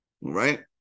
right